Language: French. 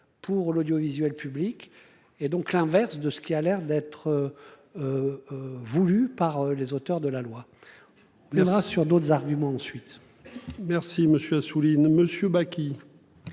pour l'audiovisuel public et donc l'inverse de ce qui a l'air d'être. Voulue par les auteurs de la loi. Le drap sur d'autres arguments ensuite. Merci monsieur Assouline Monsieur Bakhit.